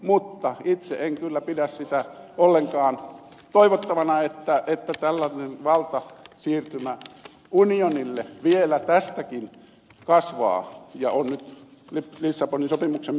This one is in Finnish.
mutta itse en kyllä pidä sitä ollenkaan toivottavana että tällainen valtasiirtymä unionille vielä tästäkin kasvaa ja on nyt lissabonin sopimuksen myötä kasvanut